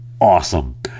awesome